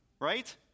right